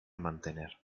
mantener